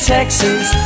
Texas